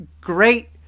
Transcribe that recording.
great